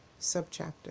Subchapter